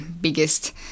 biggest